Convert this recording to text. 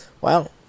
Wow